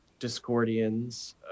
discordians